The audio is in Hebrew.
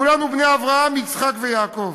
כולנו בני אברהם, יצחק ויעקב.